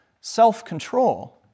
self-control